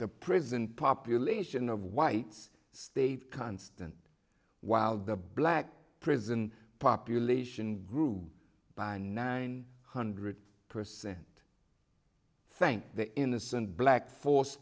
the prison population of whites stayed constant while the black prison population grew by nine hundred percent thanked the innocent black forced